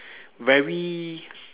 very